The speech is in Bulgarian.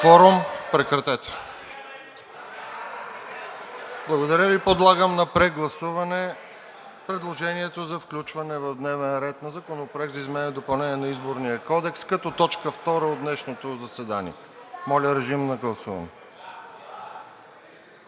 Благодаря Ви. Подлагам на прегласуване предложението за включване в дневния ред на Законопроекта за изменение и допълнение на Изборния кодекс като точка втора от днешното заседание. Гласували